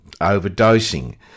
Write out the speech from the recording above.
overdosing